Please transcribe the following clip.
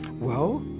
well,